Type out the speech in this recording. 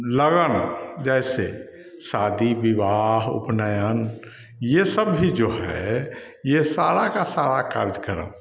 लगन जैसे शादी विवाह उपनयन यह सब भी जो है यह सारा का सारा कार्यक्रम